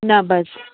न बसि